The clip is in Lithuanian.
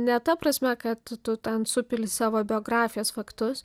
ne ta prasme kad tu ten supili savo biografijos faktus